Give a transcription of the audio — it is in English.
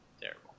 Terrible